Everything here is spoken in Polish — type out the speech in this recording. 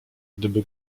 gdyby